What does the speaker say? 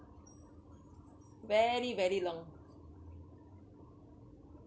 very very long